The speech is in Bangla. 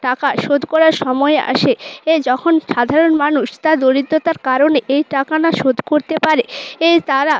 টাকা শোধ করার সময় আসে যখন সাধারণ মানুষ তার দরিদ্রতার কারণে এই টাকা না শোধ করতে পারে এই তারা